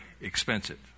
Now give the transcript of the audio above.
expensive